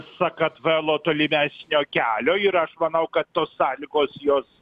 sakartvelo tolimesnio kelio ir aš manau kad tos sąlygos jos